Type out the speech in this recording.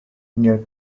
near